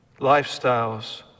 lifestyles